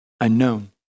unknown